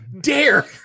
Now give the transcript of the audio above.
dare